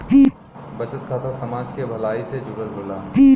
बचत खाता समाज के भलाई से जुड़ल होला